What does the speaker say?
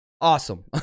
awesome